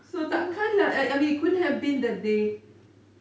so takkan lah I mean couldn't have been that they